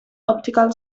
optical